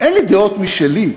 אין לי דעות משלי,